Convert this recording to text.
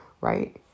right